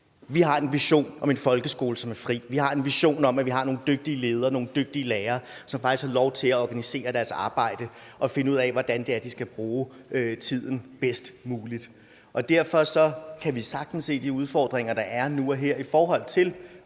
Vi har en vision om en folkeskole, som er fri, vi har en vision om, at man har nogle dygtige ledere og nogle dygtige lærere, som faktisk har lov til at organisere deres arbejde og finde ud af, hvordan det er, de skal bruge tiden bedst muligt. Vi kan sagtens se, at der derfor er nogle udfordringer